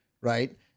right